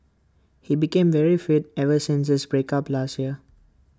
he became very fit ever since his break up last year